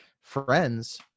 friends